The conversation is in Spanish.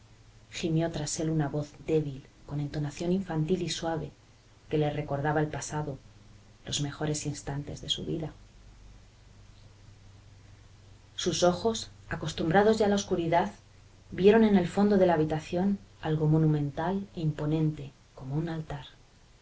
gimió tras él una voz débil con entonación infantil y suave que le recordaba el pasado los mejores instantes de su vida sus ojos acostumbrados ya a la oscuridad vieron en el fondo de la habitación algo monumental e imponente como un altar